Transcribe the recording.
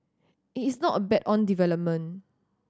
it is not a bet on development